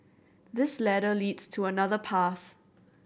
this ladder leads to another path